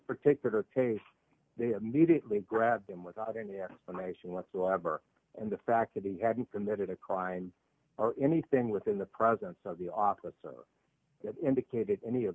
particular case they immediately grabbed him without any explanation whatsoever and the fact that he hadn't committed a crime or anything within the presence of the officer indicated any